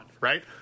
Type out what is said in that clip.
right